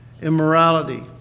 Immorality